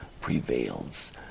prevails